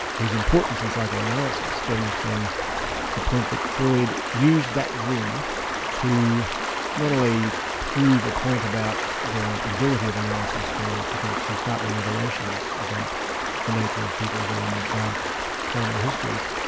his importance in psychoanalysis stems from the point that freud used that dream to not only prove a point about the ability of analysis to to come to some startling revelations about the nature of people's own dark primal histories,